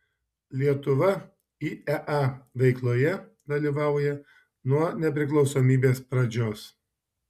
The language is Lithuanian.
lietuva iea veikloje dalyvauja nuo nepriklausomybės pradžios